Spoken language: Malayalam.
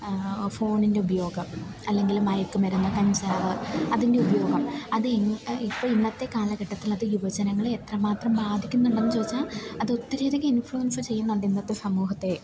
ഫോണിൻ്റെ ഉപയോഗം അല്ലെങ്കിൽ മയക്ക് മരുന്ന് കഞ്ചാവ് അതിൻ്റെ ഉപയോഗം അത് ഇന് ഇപ്പം ഇന്നത്തെ കാലഘട്ടത്തിലത് യുവജനങ്ങൾ എത്ര മാത്രം ബാധിക്കുന്നുണ്ടെന്ന് ചോദിച്ചാൽ അതൊത്തിരിയധികം ഇൻഫ്ലുവൻസ് ചെയ്യുന്നുണ്ടിന്നത്തെ സമൂഹത്തെ